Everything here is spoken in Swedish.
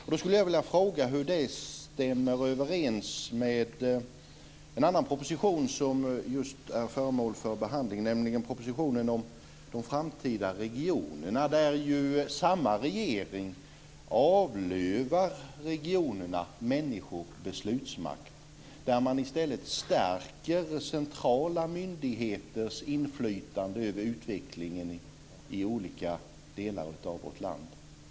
Jag skulle vilja fråga hur det stämmer överens med innehållet i en annan proposition som just är föremål för behandling, nämligen propositionen om de framtida regionerna. Där avlövar samma regering regionerna och tar ifrån människorna beslutsmakt och där man i stället stärker centrala myndigheters inflytande över utvecklingen i olika delar av vårt land.